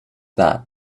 that